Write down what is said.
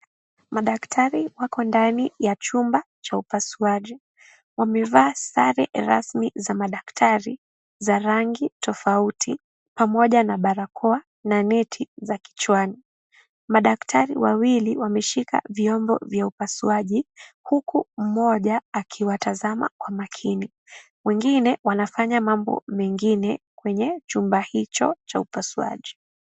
Madaktari wako ndani ya chumba cha upasuaji. Wamevaa sare rasmi za madaktari za rangi tofauti pamoja na barakoa na neti za kichwani. Madaktari wawili wameshika vyombo vya upasuaji huku mmoja akiwatazama kwa makini. Wengine wanafanya mambo mengine kwenye chumba hicho cha upasuaji.